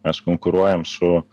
mes konkuruojam su